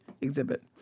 exhibit